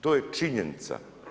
To je činjenica.